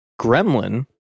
gremlin